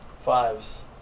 Fives